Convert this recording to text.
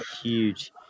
huge